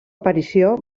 aparició